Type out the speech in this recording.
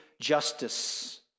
justice